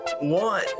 one